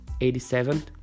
87